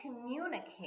communicate